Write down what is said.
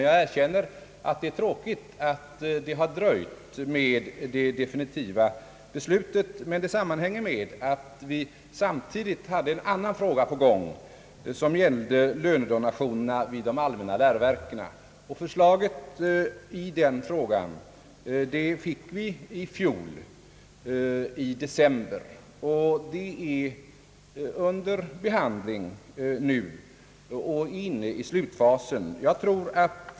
Jag erkänner att det är tråkigt att det har dröjt med det definitiva beslutet, men det sammanhänger med att vi samtidigt hade en annan fråga på gång som gällde lönedonationerna vid de allmänna läroverken, Förslaget i den frågan fick vi i december i fjol, och det är under behandling nu och är i slutfasen.